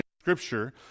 Scripture